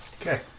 Okay